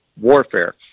warfare